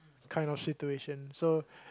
kind of situation so